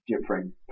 different